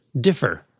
differ